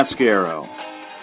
Mascaro